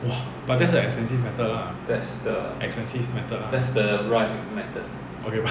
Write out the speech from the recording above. !wah! but that's the expensive method lah expensive method lah okay but